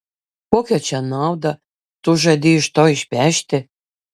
kokią čia naudą tu žadi iš to išpešti